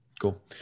Cool